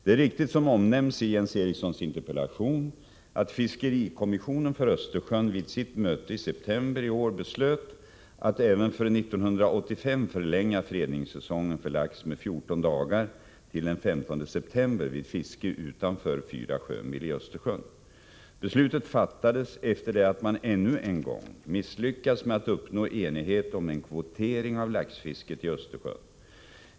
Det är riktigt som omnämns i Jens Erikssons interpellation att fiskerikommissionen för Östersjön vid sitt möte i september i år beslöt att även för 1985 förlänga fredningssäsongen för lax med 14 dagar till den 15 september vid fiske utanför 4 sjömil i Östersjön. Beslutet fattades efter det att man ännu en gång misslyckats med att uppnå enighet om en kvotering av laxfisket i Östersjön.